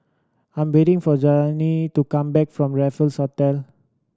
I'm waiting for Jayne to come back from Raffles Hotel